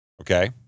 Okay